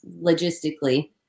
logistically